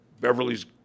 Beverly's